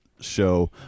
show